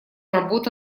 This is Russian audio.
работа